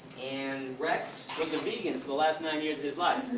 and rex was a vegan for the last nine years of his life.